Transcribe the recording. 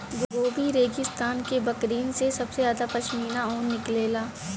Gobi रेगिस्तान के बकरिन से सबसे ज्यादा पश्मीना ऊन निकलेला